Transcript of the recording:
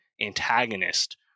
antagonist